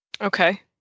Okay